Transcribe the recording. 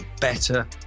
better